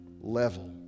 level